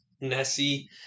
Nessie